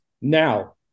now